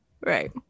Right